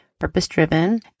purpose-driven